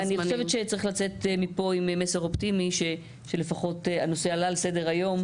אני חושבת שצריך לצאת מפה עם מסר אופטימי שלפחות הנושא עלה על סדר היום.